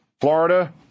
Florida